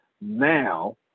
Now